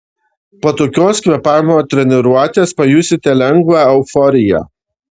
po tokios kvėpavimo treniruotės pajusite lengvą euforiją